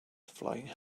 flying